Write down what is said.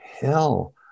hell